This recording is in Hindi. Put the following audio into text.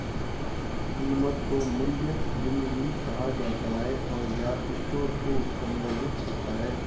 कीमत को मूल्य बिंदु भी कहा जाता है, और यह स्टोर को संदर्भित करता है